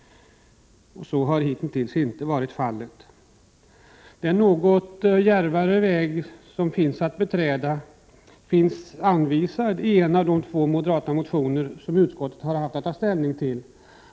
Så har hitintills inte varit fallet. Den något djärvare väg som finns att beträda anvisas i en av de två moderata motioner som utskottet har haft att ta ställning till.